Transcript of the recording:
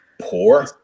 Poor